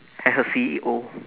as a C_E_O